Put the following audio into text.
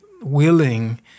willing